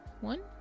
one